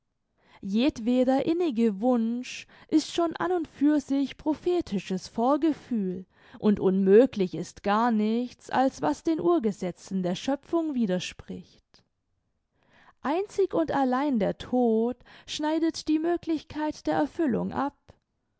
jedweder innige wunsch ist schon an und für sich prophetisches vorgefühl und unmöglich ist gar nichts als was den urgesetzen der schöpfung widerspricht einzig und allein der tod schneidet die möglichkeit der erfüllung ab